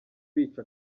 bica